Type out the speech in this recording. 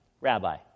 rabbi